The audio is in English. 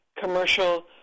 commercial